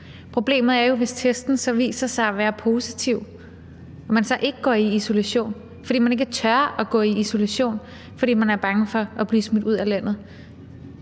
Problemet er jo, at man, hvis testen så viser sig at være positiv, ikke går i isolation, fordi man ikke tør gå i isolation, fordi man er bange for at blive smidt ud af landet.